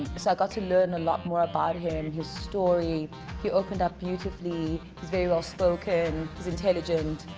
so i got to learn a lot more about him. his story he opened up beautifully he's very well-spoken he's intelligent